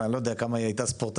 אני לא יודע כמה היא הייתה ספורטאית,